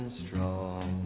strong